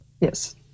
Yes